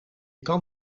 kan